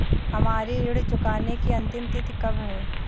हमारी ऋण चुकाने की अंतिम तिथि कब है?